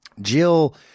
Jill